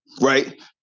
Right